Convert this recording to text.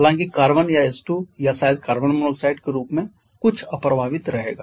हालांकि कार्बन या H2 या शायद कार्बन मोनोऑक्साइड के रूप में कुछ अप्रभावित रहेगा